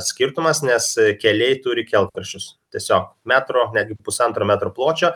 skirtumas nes keliai turi kelkraščius tiesiog metro netgi pusantro metro pločio